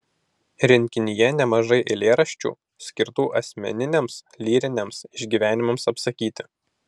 rinkinyje nemažai eilėraščių skirtų asmeniniams lyriniams išgyvenimams apsakyti